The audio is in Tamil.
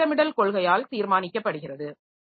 அது திட்டமிடல் கொள்கையால் தீர்மானிக்கப்படுகிறது